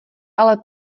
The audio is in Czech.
ale